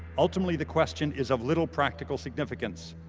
ultimately, the question is of little practical significance.